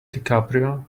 dicaprio